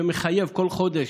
שמחייב כל חודש,